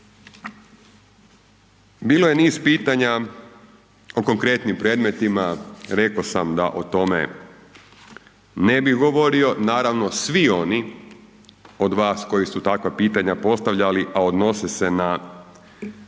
Bilo je niz pitanja o konkretnim predmetima, rekao sam da o tome ne bih govorio, naravno svi oni od vas koji su takva pitanja postavljali a odnose se na